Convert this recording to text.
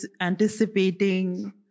Anticipating